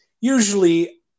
usually